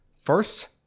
First